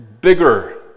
bigger